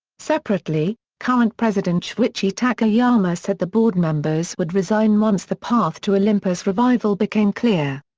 separately, current president shuichi takayama said the board members would resign once the path to olympus' revival became clear.